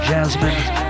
Jasmine